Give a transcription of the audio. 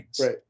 right